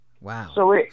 Wow